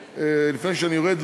לפני שאני יורד,